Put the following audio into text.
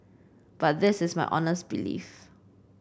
but this is my honest belief